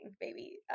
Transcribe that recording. baby